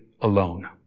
Alone